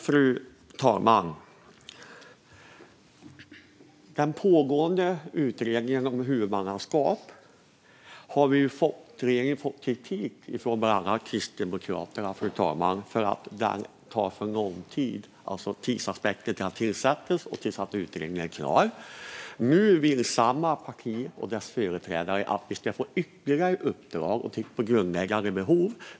Fru talman! Regeringen har fått kritik från bland annat Kristdemokraterna för att den pågående utredningen om huvudmannaskap tar för lång tid från att den tillsattes till att den blir klar. Nu vill samma parti och dess företrädare att vi ska lägga till ytterligare uppdrag gällande grundläggande behov.